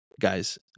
guys